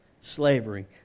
slavery